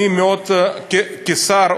כשר,